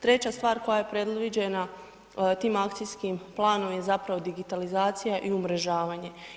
Treća stvar koja je predviđena tim akcijskim planom je zapravo digitalizacija i umrežavanje.